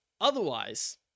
otherwise